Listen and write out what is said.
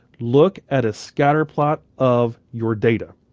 look at a scatterplot of your data.